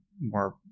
more